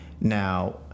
Now